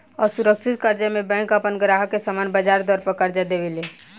असुरक्षित कर्जा में बैंक आपन ग्राहक के सामान्य ब्याज दर पर कर्जा देवे ले